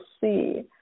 see